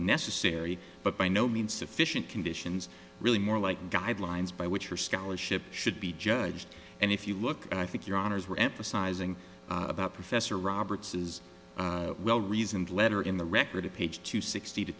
necessary but by no means sufficient conditions really more like guidelines by which her scholarship should be judged and if you look and i think your honors were emphasizing professor roberts is well reasoned letter in the record of page two sixty t